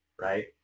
Right